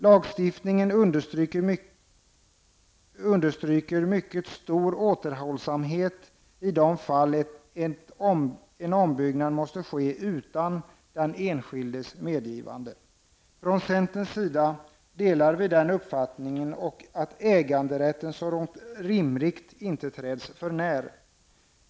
Lagstiftningen understryker mycket stor återhållsamhet i de fall en ombyggnad måste ske utan den enskildes medgivande. Från centerns sida delar vi den uppfattningen och tycker att äganderätten så långt som det är rimligt inte skall trädas för när.